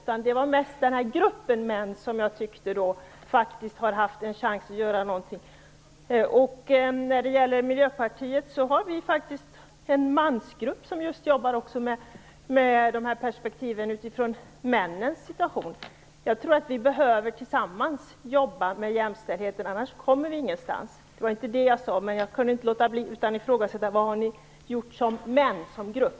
Men det var mest gruppen män som jag tyckte har haft en chans att göra någonting. I Miljöpartiet var vi faktiskt en mansgrupp som jobbar med dessa frågor ur manligt perspektiv. Jag tror att vi behöver jobba tillsammans med jämställdheten. Annars kommer vi ingenstans. Jag kunde alltså inte låta bli att fråga: Vad har ni gjort som män, som grupp.